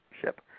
ship